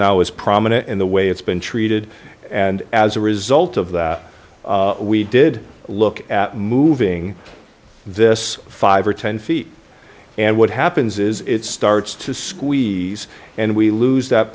now is prominent in the way it's been treated and as a result of that we did look at moving this five or ten feet and what happens is it starts to squeeze and we lose that